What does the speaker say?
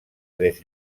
tres